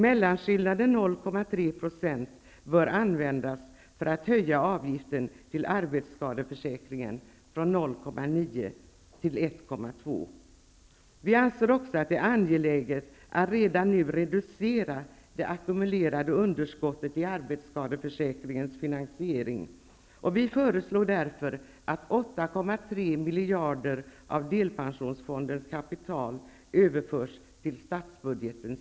Mellanskillnaden 0,3 procentenheter bör användas till att höja avgiften till arbetsskadeförsäkringen från 0.9 % till 1,2 %. Vi anser också att det är angeläget att redan nu reducera det ackumulerade underskottet i arbetsskadeförsäkringens finansiering, och därför föreslår vi att 8,3 miljarder av delpensionsfondens kapital överförs till statsbudgeten.